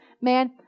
Man